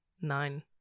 nine